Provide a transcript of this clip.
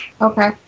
Okay